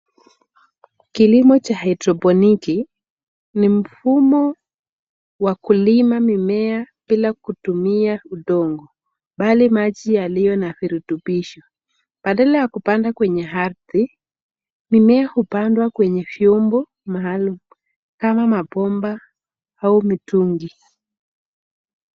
Kilimo cha hydroponiki ni mfumo wa kulima mimea bila kutumia udongo bali maji yaliyo na virutubisho. Badala ya kupanda kwenye ardhi, mimea hupandwa kwenye vyombo maalum kama mabomba au mitungi.